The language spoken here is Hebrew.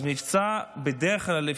אז מבצע בדרך כלל,